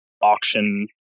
auction